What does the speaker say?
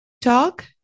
talk